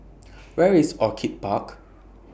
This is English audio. Where IS Orchid Park